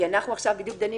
כי אנחנו עכשיו בדיוק דנים